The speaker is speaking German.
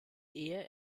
ehe